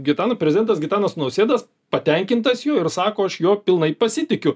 gitano prezidentas gitanas nausėda patenkintas juo ir sako aš juo pilnai pasitikiu